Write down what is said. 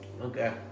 Okay